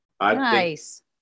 Nice